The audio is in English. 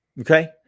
Okay